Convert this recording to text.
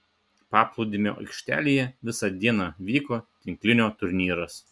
paplūdimio aikštelėje visą dieną vyko tinklinio turnyras